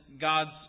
God's